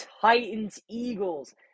Titans-Eagles